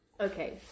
okay